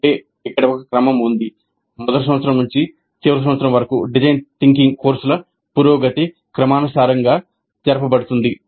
అంటే ఒక క్రమం ఉంది మొదటి సంవత్సరం నుండి చివరి సంవత్సరం వరకు డిజైన్ థింకింగ్ కోర్సుల పురోగతి క్రమానుసారంగా జరపబడుతుంది